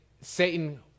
Satan